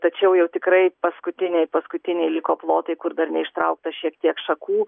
tačiau jau tikrai paskutiniai paskutiniai liko plotai kur dar neištraukta šiek tiek šakų